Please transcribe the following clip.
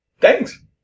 Thanks